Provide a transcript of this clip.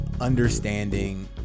understanding